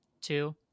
two